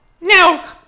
Now